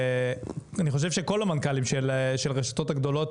אני חושב שכל המנכ"לים של הרשתות הגדולות